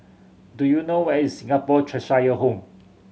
do you know where is Singapore Cheshire Home